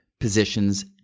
positions